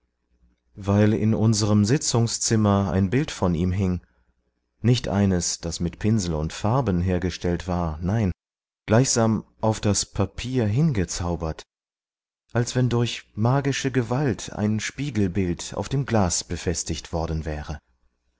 weil in unserem sitzungszimmer ein bild von ihm hing nicht eines das mit pinsel und farben hergestellt war nein gleichsam auf das papier hingezaubert als wenn durch magische gewalt ein spiegelbild auf dem glas befestigt worden wäre